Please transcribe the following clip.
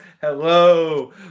Hello